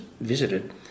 visited